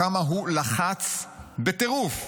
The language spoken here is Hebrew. כמה הוא לחץ בטירוף,